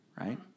right